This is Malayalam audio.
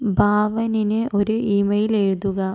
ഭാവനിന് ഒരു ഇമെയിൽ എഴുതുക